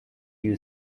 you